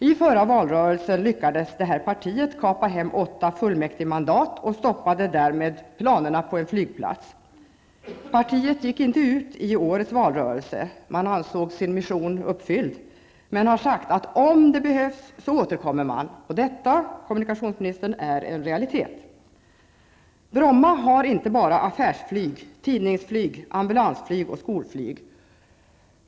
I förra valrörelsen lyckades detta parti kapa hem åtta fullmäktigemandat och stoppade därmed planerna på en flygplats. Partiet gick inte ut i årets valrörelse. Man ansåg missionen uppfylld men har sagt att om det behövs återkommer man. Och detta, kommunikationsministern, är en realitet. Bromma har inte bara affärsflyg, tidningsflyg, ambulansflyg och skolflyg.